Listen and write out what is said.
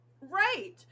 Right